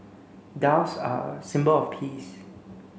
doves are a symbol of peace